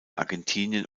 argentinien